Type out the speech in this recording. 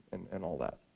and all that.